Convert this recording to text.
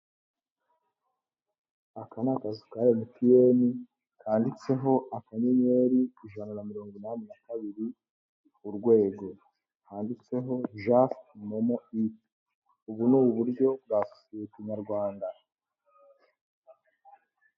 Aka ni akazi ka emutiyeni kanditseho akanyenyeri ijana na mirongo inani na kabiri urwego handitseho Jean momo iti, ubu ni uburyo bwa sosiyete nyarwanda.